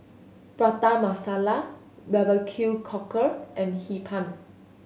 Prata Masala barbecue cockle and Hee Pan